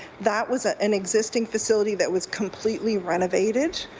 that was ah an existing facility that was completely renovated,